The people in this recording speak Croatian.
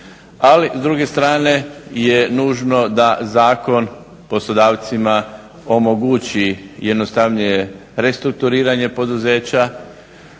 Ali s druge strane je nužno da zakon poslodavcima omogući jednostavnije restrukturiranje poduzeća,